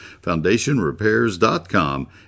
FoundationRepairs.com